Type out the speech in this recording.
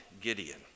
Gideon